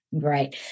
Right